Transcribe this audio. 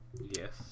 Yes